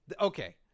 okay